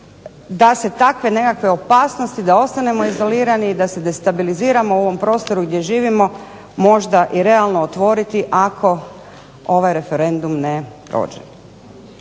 da se takve nekakve opasnosti da ostanemo izolirani i da se destabiliziramo u ovom prostoru gdje živimo možda i realno otvoriti ako ovaj referendum ne prođe.